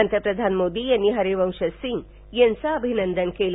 पंतप्रधान मोदी यांनी हरिबंश सिंग यार्च अभिनंदन केलं